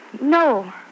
no